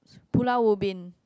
Pulau-Ubin